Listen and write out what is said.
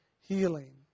healing